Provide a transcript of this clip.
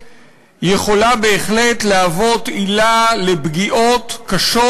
היא יכולה בהחלט להוות עילה לפגיעות קשות